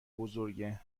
بزرگه